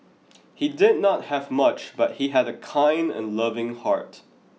he did not have much but he had a kind and loving heart